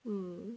mm